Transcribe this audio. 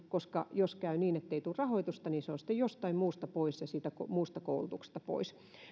koska jos käy niin ettei tule rahoitusta niin se on sitten jostain muusta pois ja siitä muusta koulutuksesta pois